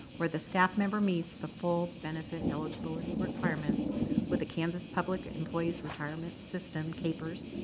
where the staff member meets the full benefit eligibility requirements with the kansas public employees retirement system, kpers,